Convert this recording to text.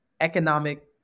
economic